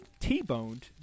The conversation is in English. T-boned